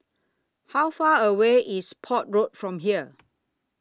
How Far away IS Port Road from here